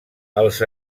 els